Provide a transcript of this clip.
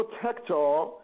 protector